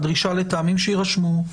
הדרישה לטעמים שיירשמו,